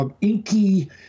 inky